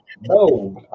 no